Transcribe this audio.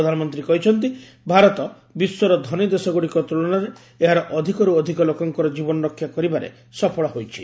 ପ୍ରଧାନମନ୍ତ୍ରୀ କହିଛନ୍ତି ଭାରତ ବିଶ୍ୱର ଧନୀ ଦେଶଗୁଡ଼ିକ ତ୍କଳନାରେ ଏହାର ଅଧିକର୍ ଅଧିକ ଲୋକଙ୍କର ଜୀବନ ରକ୍ଷା କରିବାରେ ସଫଳ ହୋଇଛି